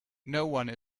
noone